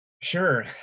Sure